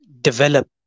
develop